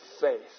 faith